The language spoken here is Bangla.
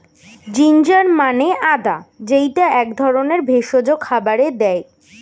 জিঞ্জার মানে আদা যেইটা এক ধরনের ভেষজ খাবারে দেয়